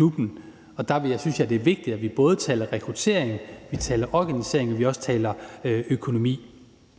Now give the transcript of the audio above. DUP'en. Og der synes jeg, det er vigtigt, at vi både taler rekruttering, at vi taler organisering, og at vi også taler økonomi.